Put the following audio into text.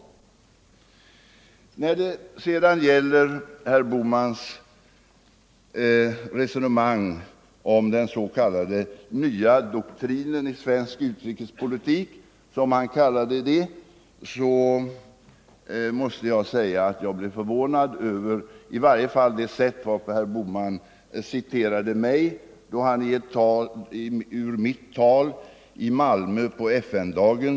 Sedan måste jag säga när det gäller herr Bohmans resonemang om den s.k. nya doktrinen i svensk utrikespolitik — som han kallade det —- att jag blev förvånad i varje fall över det sätt varpå herr Bohman citerar mitt tal i Malmö på FN-dagen.